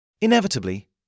Inevitably